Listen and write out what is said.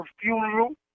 funeral